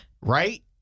Right